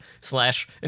slash